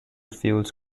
fuels